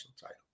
title